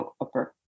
upper